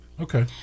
Okay